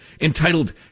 entitled